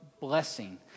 blessing